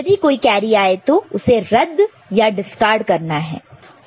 यदि कोई कैरी आए तो उसे रद्द discard डिस्कार्डकरना है